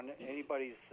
anybody's